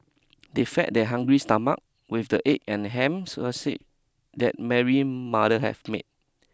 they fed their hungry stomach with the egg and ham sandwiches that Mary mother have made